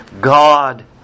God